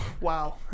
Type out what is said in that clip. Wow